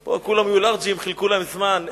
פה לכולם היו לארג'ים, חילקו להם זמן.